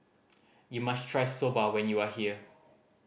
you must try Soba when you are here